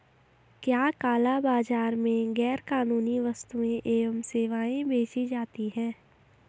क्या काला बाजार में गैर कानूनी वस्तुएँ एवं सेवाएं बेची जाती हैं?